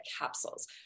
capsules